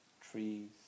trees